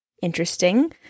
interesting